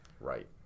Right